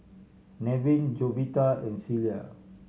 Nevin Jovita and Celia